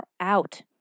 out